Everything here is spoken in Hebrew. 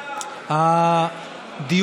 הארכנו את כל הדברים האלה השבוע.